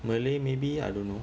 malay maybe I don't know